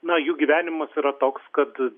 na jų gyvenimas yra toks kad